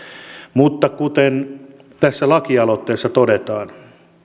mutta kuten tässä lakialoitteessa todetaan